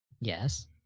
yes